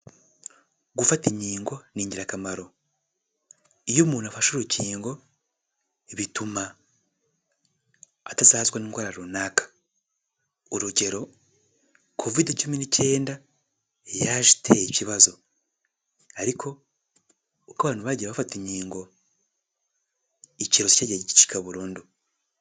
Gufata inkingo ni ingirakamaro iyo umuntu afashe urukingo bituma atazahazwa n'indwara runaka, urugero kovide cumi n'icyenda yaje iteye ikibazo, ariko uko abantu bagiye bafata inkingo icyorezo cyagiye gicika burundu.